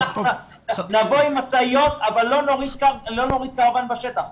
נבוא עם משאיות אבל לא נוריד קרוואן בשטח.